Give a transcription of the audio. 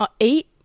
eight